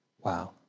wow